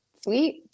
Sweet